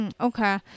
Okay